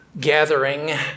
gathering